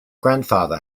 grandfather